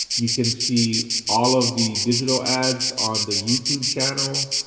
you can see all of the digital ads on the youtube channel,